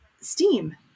steam